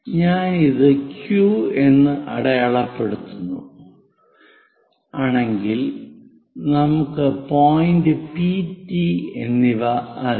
ഞാൻ ഇത് Q എന്ന് അടയാളപ്പെടുത്തുക ആണെങ്കിൽ നമുക്ക് പോയിന്റ് P T എന്നിവ അറിയാം